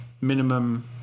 minimum